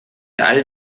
all